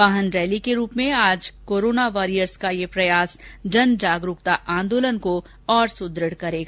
वाहन रैली के रूप में आज का कोरोना वॉरियर्स का यह प्रयास जनजागरूकता आंदोलन को और अधिक सुद्रढ़ करेगा